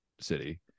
city